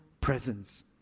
presence